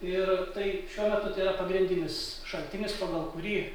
ir tai šiuo metu tai yra pagrindinis šaltinis pagal kurį